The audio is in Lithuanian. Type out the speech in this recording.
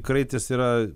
kraitis yra